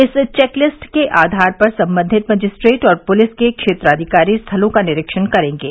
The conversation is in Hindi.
इस चेक लिस्ट के आधार पर सम्बंधित मजिस्ट्रेट और पुलिस के क्षेत्राधिकारी स्थलों का निरीक्षण करेंगे